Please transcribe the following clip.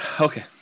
okay